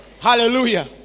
Hallelujah